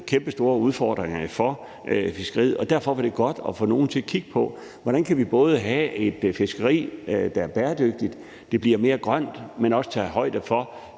kæmpestore udfordringer for fiskeriet, og derfor er det godt at få nogen til at kigge på, hvordan vi kan have et fiskeri, der både er bæredygtigt, altså at det bliver mere grønt, men også tager højde for,